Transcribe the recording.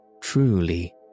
Truly